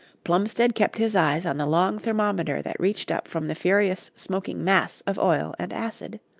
plumstead kept his eyes on the long thermometer that reached up from the furious smoking mass of oil and acid.